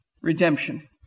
Redemption